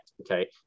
Okay